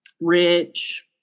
rich